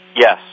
Yes